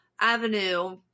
Avenue